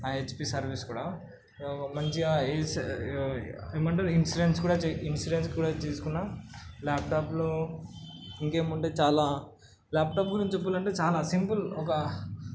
HP service కూడా మంచిగా ఏస్ ఏమంటారు ఇన్సూరెన్స్ కూడాచే ఇన్సూరెన్స్ కూడా తీసుకున్న ల్యాప్టాప్లో ఇంకేముంటాయి చాలా ల్యాప్టాప్ గురించి చెప్పాలి అంటే చాలా సింపుల్ ఒక